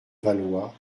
valois